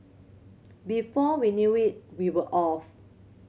before we knew it we were off